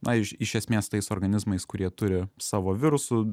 na iš esmės tais organizmais kurie turi savo virusų